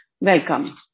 Welcome